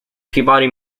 peabody